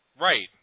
Right